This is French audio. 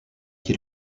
qui